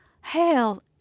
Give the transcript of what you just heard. Hell